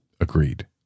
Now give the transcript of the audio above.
Agreed